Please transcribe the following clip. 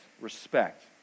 respect